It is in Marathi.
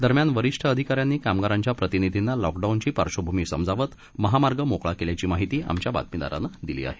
दरम्यान वरिष्ठ अधिकाऱ्यांनी कामगारांच्या प्रतिनिधींना लॉकडाऊनची पार्बभूमी समजावत महामार्ग मोकळा केल्याची माहिती आमच्या बातमीदारानं दिली आहे